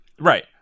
Right